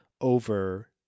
over